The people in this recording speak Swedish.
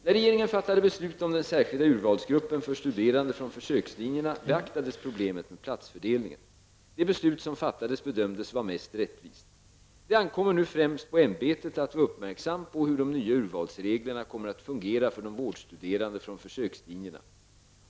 När regeringen fattade beslut om den särskilda urvalsgruppen för studerande från försökslinjerna beaktades problemet med platsfördelningen. Det beslut som fattades bedömdes vara mest rättvist. Det ankommer nu främst på UHÄ att vara uppmärksam på hur de nya urvalsreglerna kommer att fungera för de vårdstuderande från försökslinjerna.